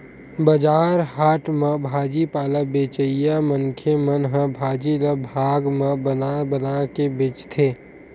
बजार हाट म भाजी पाला बेचइया मनखे मन ह भाजी ल भाग म बना बना के बेचथे